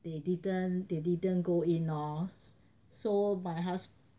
they didn't they didn't go in lor so my hus~